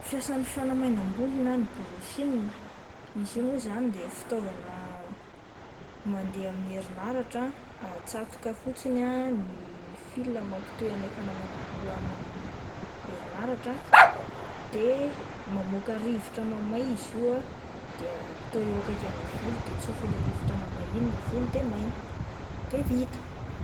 Fiasan'ny fanamainam-bolo na ny brôsina, izy io mo zany de fitaovana mandeaha amin'ny herinaratra atsatoka fotsiny ah ny fil mampitohy an'ilay fanamainam-bolo amin'ny herinaratra ah de mamoaka rivotra mamay izy io ah de atao eo akaikan'le volo de tsofin'le rivotra mamay iny le volo de maina de vita.